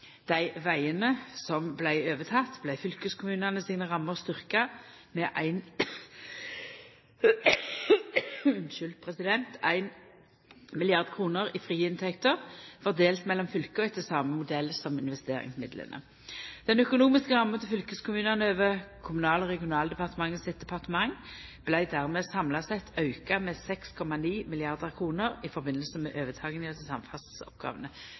dei tidlegare statlege løyvingane til dei vegane som vart overtekne, vart fylkeskommunane sine rammer styrkte med 1 mrd. kr i frie inntekter, fordelt mellom fylka etter same modell som for investeringsmidlane. Den økonomiske ramma til fylkeskommunane over Kommunal- og regionaldepartementet sitt budsjett vart dermed samla sett auka med 6,9 mrd. kr i samband med overtakinga av